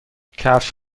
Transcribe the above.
کفش